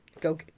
go